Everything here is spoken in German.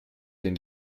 den